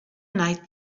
night